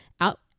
out